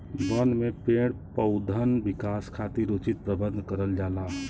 बन में पेड़ पउधन विकास खातिर उचित प्रबंध करल जाला